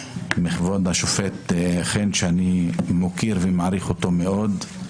מכבוד השופט חן שאני מוקיר ומעריך מאוד,